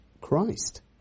Christ